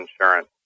insurance